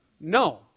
No